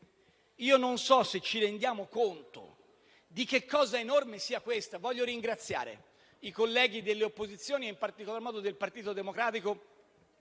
non so se ci rendiamo conto di che cosa enorme sia questa. Voglio ringraziare i colleghi delle opposizioni, in particolar modo del Partito Democratico